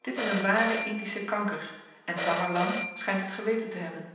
dit is n ware indische kanker en tamerlan schynt het geweten te hebben